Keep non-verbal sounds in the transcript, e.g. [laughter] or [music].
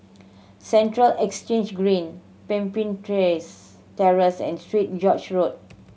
Central Exchange Green Pemimpin [unintelligible] Terrace and Street George Road